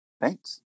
Thanks